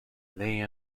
leigh